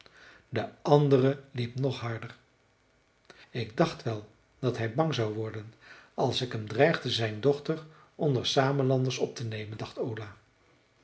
de andere liep nog harder ik dacht wel dat hij bang zou worden als ik hem dreigde zijn dochter onder de samelanders op te nemen dacht ola